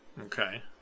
Okay